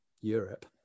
Europe